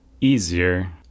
easier